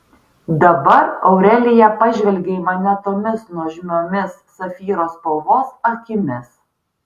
dabar aurelija pažvelgė į mane tomis nuožmiomis safyro spalvos akimis